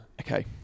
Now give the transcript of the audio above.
okay